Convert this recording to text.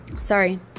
sorry